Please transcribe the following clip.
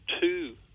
two